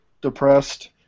Depressed